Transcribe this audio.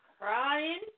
crying